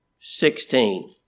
sixteen